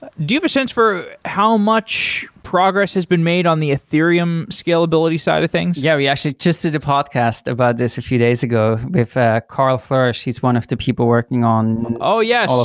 do you have a sense for how much progress has been made on the ethereum scalability side of things? yeah, we actually just did a podcast about this a few days ago with ah karl floersch. he's one of the people working on all yeah so